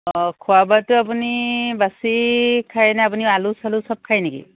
অঁ খোৱা বোৱাটো আপুনি বাছি খায়নে আপুনি আলু চালু সব খায় নেকি